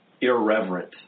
irreverent